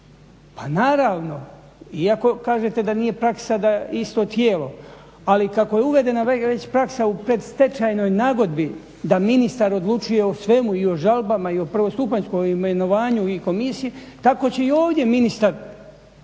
Pa naravno iako kažete da nije praksa da isto tijelo ali kako je uvedena već praksa u predstečajnoj nagodbi da ministar odlučuje o svemu, i o žalbama i o prvostupanjskom imenovanju i komisiji tako će i ovdje ministar isto